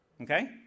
Okay